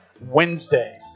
Wednesday